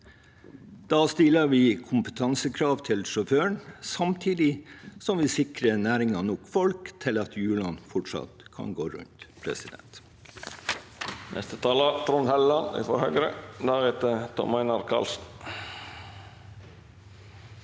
Da stiller vi kompetansekrav til sjåføren, samtidig som vi sikrer næringen nok folk til at hjulene fortsatt kan gå rundt. Trond